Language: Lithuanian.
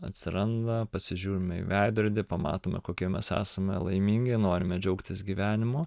atsiranda pasižiūrime į veidrodį pamatome kokie mes esame laimingi norime džiaugtis gyvenimu